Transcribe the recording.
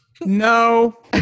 No